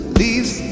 leaves